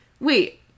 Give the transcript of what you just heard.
wait